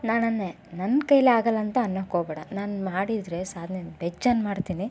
ನಾನು ಅಂದೇ ನನ್ನ ಕೈಯಲ್ಲಾಗಲ್ಲ ಅಂತ ಅನ್ನಕ್ಕೋಗಬೇಡ ನಾನು ಮಾಡಿದರೆ ಸಾಧನೆ ಬೇಜಾನ್ ಮಾಡ್ತೀನಿ